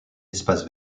espace